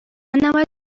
نباید